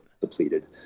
depleted